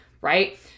right